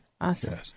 Awesome